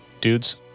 Dudes